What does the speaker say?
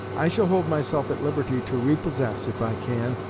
i shall hold myself at liberty to repossess, if i can,